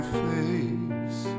face